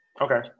okay